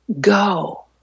go